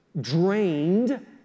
drained